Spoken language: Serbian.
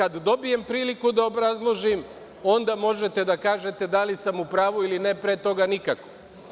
Kada dobijem priliku da obrazložim, onda možete da kažete da li sam u pravu ili ne, pre toga nikako.